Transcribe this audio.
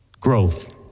growth